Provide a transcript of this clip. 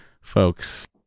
folks